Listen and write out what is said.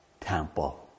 temple